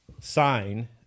Sign